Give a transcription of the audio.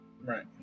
Right